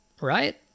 right